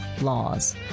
laws